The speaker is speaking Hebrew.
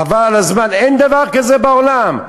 חבל על הזמן, אין דבר כזה בעולם.